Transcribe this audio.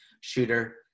shooter